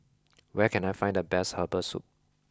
where can I find the best herbal soup